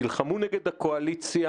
תילחמו נגד הקואליציה,